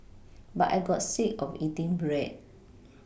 but I got sick of eating bread